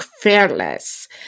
fearless